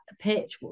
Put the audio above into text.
pitch